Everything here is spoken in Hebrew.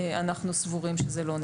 אנחנו סבורים שזה לא נדרש.